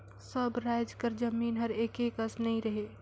सब राएज कर जमीन हर एके कस नी रहें